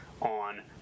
on